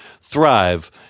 thrive